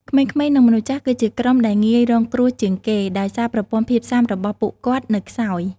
ក្មេងៗ និងមនុស្សចាស់គឺជាក្រុមដែលងាយរងគ្រោះជាងគេដោយសារប្រព័ន្ធភាពស៊ាំរបស់ពួកគាត់នៅខ្សោយ។